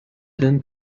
saint